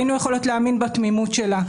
היינו יכולות להאמין בתמימות שלה.